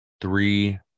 three